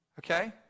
okay